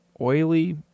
oily